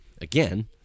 again